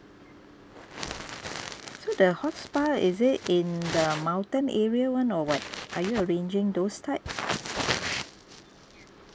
so the hot spa is it in the mountain area [one] or what are you arranging those type